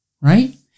right